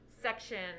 section